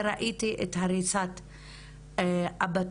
וראיתי את הריסת הבתים,